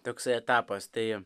toksai etapas tai